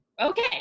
Okay